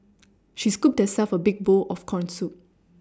she scooped herself a big bowl of corn soup